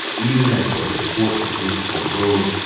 even as public support for police reform grows,